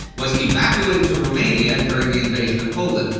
was evacuated to romania during the invasion of poland,